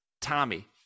tommy